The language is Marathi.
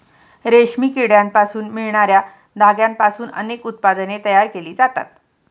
रेशमी किड्यांपासून मिळणार्या धाग्यांपासून अनेक उत्पादने तयार केली जातात